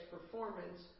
performance